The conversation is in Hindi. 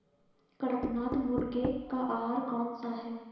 कड़कनाथ मुर्गे का आहार कौन सा है?